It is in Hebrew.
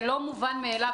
זה לא מובן מאליו.